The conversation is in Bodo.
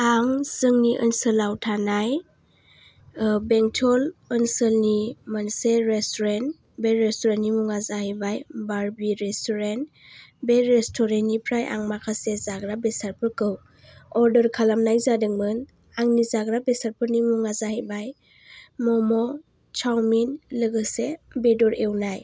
आं जोंनि ओनसोलाव थानाय बेंतल ओनसोलनि मोनसे रेस्तुरेन्ट बे रेस्तुरेन्टनि मुङा जाहैबाय बारबि रेस्तुरेन्ट बे रेस्टुरेन्टनिफ्राय आं माखासे जाग्रा बेसादफोरखौ अर्दार खालामनाय जादोंमोन आंनि जाग्रा बेसादफोरनि मुङा जाहैबाय म'म' चावमिन लोगोसे बेदर एवनाय